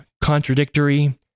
contradictory